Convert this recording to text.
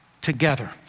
together